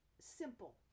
simple